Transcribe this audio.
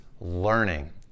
learning